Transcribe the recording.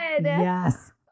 Yes